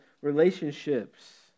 relationships